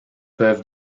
peuvent